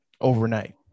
overnight